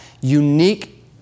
unique